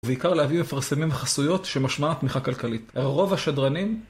ובעיקר להביא מפרסמים חסויות שמשמעה תמיכה כלכלית. רוב השדרנים...